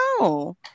no